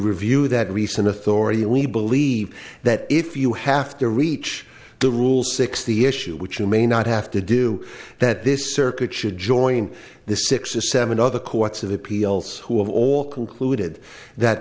review that recent authority we believe that if you have to reach the rule six the issue which you may not have to do that this circuit should join the six or seven other courts of appeals who have all concluded that